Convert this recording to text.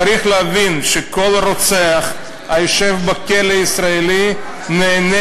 צריך להבין שכל רוצח היושב בכלא הישראלי נהנה